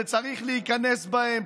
וצריך להיכנס בהם.